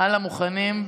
מוכנים?